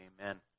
Amen